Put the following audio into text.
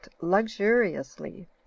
luxuriously